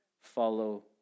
Follow